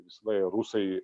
visada rusai